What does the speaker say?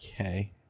Okay